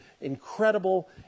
incredible